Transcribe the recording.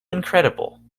incredible